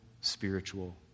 spiritual